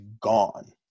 gone